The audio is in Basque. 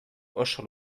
oso